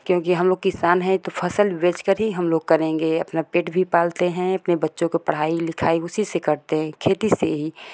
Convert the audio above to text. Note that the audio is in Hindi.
क्योंकि हमलोग किसान हैं तो फसल बेच कर ही हम लोग करेंगे अपना पेट भी पालते हैं अपने बच्चों को पढ़ाई लिखाई उसी से करते हैं खेती से ही